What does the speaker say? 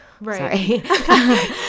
Right